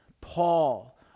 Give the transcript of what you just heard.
Paul